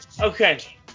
Okay